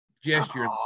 Gesture